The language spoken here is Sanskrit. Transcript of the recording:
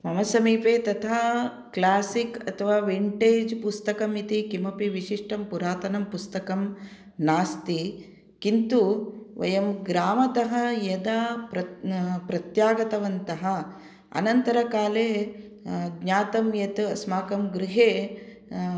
मम समीपे तथा क्लासिक् अथवा विण्टेज् पुस्तकम् इति किमपि विशिष्टं पुरातनं पुस्तकं नास्ति किन्तु वयं ग्रामतः यदा प्रत् प्रत्यागतवन्तः अनन्तरकाले ज्ञातं यत् अस्माकं गृहे